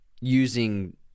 using